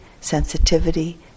sensitivity